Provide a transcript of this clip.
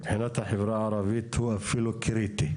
מבחינת החברה הערבית הוא אפילו קריטי,